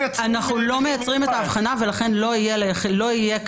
נמשיך עם המנהג של ועדת חוקה שלא להקריא